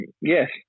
yes